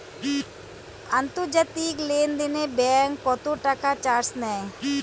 আন্তর্জাতিক লেনদেনে ব্যাংক কত টাকা চার্জ নেয়?